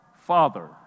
Father